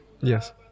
Yes